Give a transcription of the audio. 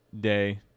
day